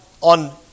on